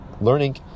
learning